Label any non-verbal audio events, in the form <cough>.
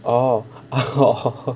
oh <laughs>